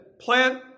plant